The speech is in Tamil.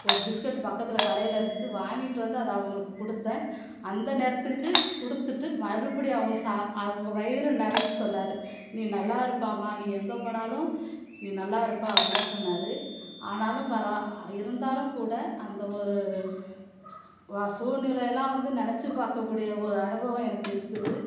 ஒரு பிஸ்கட்டு பக்கத்தில் கடையில் இருந்து வாங்கிகிட்டு வந்து அதை அவங்களுக்கு கொடுத்தேன் அந்த நேரத்துக்கு கொடுத்துட்டு மறுபடி அவங்களை சா அவங்க வயிறு நிறஞ்சு சொன்னார் நீ நல்லா இருப்பம்மா நீ எங்கே போனாலும் நீ நல்லா இருப்ப அப்படின்னு சொன்னார் ஆனாலும் பர இருந்தாலும் கூட அந்த ஒரு சூழ்நிலையிலாம் வந்து நினச்சு பார்க்க கூடிய ஒரு அனுபவம் எனக்கு இருக்குது